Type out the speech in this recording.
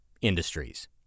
industries